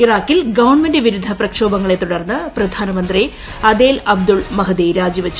ഇറാഖിൽ ഗവൺമെന്റ് വിരുദ്ധ പ്രക്ഷോഭങ്ങളെ തുടർന്ന് പ്രധാനമന്ത്രി ആദേൽ അബ്ദുൾ മഹ്ദി രാജിവച്ചു